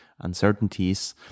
uncertainties